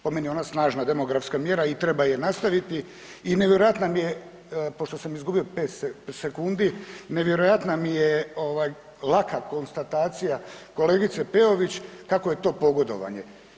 Po meni je ona snažna demografska mjera i treba je nastaviti i nevjerojatan je pošto sam izgubio 5 sekundi, nevjerojatna mi je laka konstatacija kolegice Peović, kako je to pogodovanje.